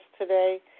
today